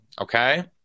okay